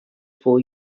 for